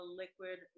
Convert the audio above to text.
liquid